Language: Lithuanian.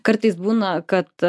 kartais būna kad